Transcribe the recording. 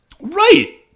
Right